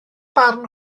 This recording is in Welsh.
barn